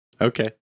Okay